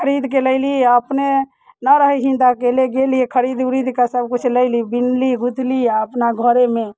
खरीद कऽ लयली आ अपने न रहैत छथिन तऽ अकेले गेलियै खरीद उरीद कऽ सभकिछु लयली बिनली गुथली आ अपना घरेमे